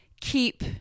keep